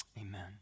Amen